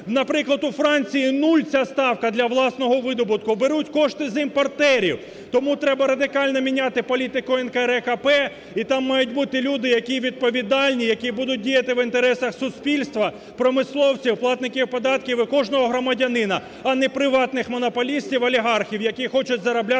Наприклад, у Франції – 0, ця ставка для власного видобутку, беруть кошти з імпортерів. Тому треба радикально міняти політику НКРЕКП, і там мають бути люди, які відповідальні, які будуть діяти в інтересах суспільства, промисловців, платників податків і кожного громадянина, а не приватних монополістів, олігархів, які хочуть заробляти